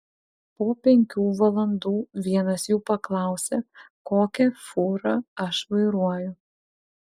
po penkių valandų vienas jų paklausė kokią fūrą aš vairuoju